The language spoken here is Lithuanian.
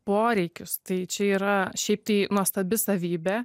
poreikius tai čia yra šiaip tai nuostabi savybė